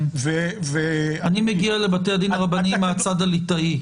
כן, אני מגיע לבתי הדין הרבניים מהצד הליטאי.